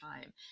time